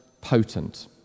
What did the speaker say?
potent